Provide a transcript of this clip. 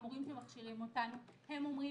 המורים שמכשירים אותנו אומרים